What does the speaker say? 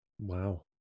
Wow